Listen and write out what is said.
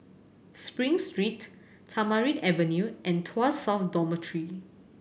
Spring Street Tamarind Avenue and Tuas South Dormitory